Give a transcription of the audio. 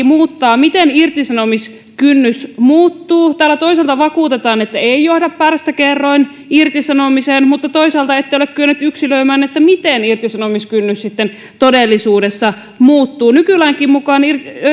muuttaa miten irtisanomiskynnys muuttuu täällä toisaalta vakuutetaan että tämä ei johda pärstäkerroinirtisanomiseen mutta toisaalta ette ole kyenneet yksilöimään miten irtisanomiskynnys sitten todellisuudessa muuttuu nykylainkin mukaan